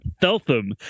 Feltham